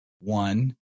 one